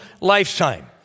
lifetime